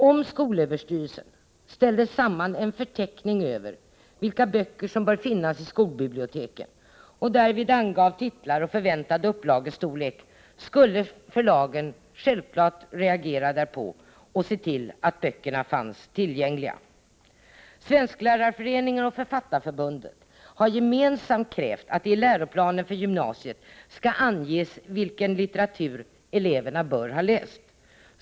Om skolöverstyrelsen ställer samman en förteckning över vilka böcker som bör finnas i skolbiblioteken och därvid angav titlar och förväntad upplagestorlek, skulle förlagen självfallet reagera därpå och se till att böckerna fanns tillgängliga. Svensklärarföreningen och Författarförbundet har gemensamt krävt att det i läroplanen för gymnasiet skulle anges vilken litteratur eleverna bör ha läst.